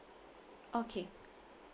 okay